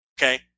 okay